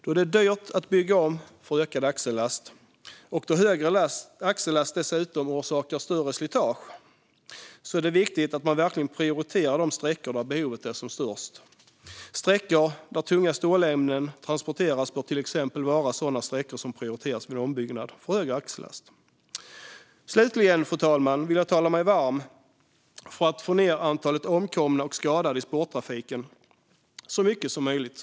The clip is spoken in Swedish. Då det är dyrt att bygga om för ökad axellast och då högre axellast dessutom orsakar större slitage är det viktigt att man verkligen prioriterar de sträckor där behovet är som störst. Sträckor där tunga stålämnen transporteras bör till exempel vara sådana sträckor som prioriteras vid ombyggnad för högre axellast. Slutligen, fru talman, vill jag tala mig varm för att få ned antalet skadade och omkomna i spårtrafiken så mycket som möjligt.